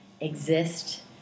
exist